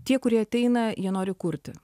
tie kurie ateina jie nori kurti